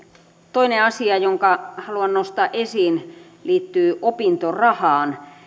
toinen asia jonka haluan nostaa esiin liittyy opintorahaan